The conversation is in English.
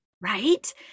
Right